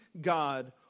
God